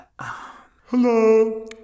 Hello